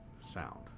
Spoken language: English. sound